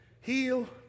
Heal